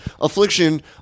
Affliction